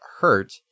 hurt